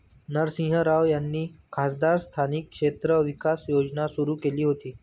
नरसिंह राव यांनी खासदार स्थानिक क्षेत्र विकास योजना सुरू केली होती